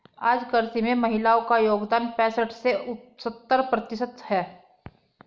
आज कृषि में महिलाओ का योगदान पैसठ से सत्तर प्रतिशत है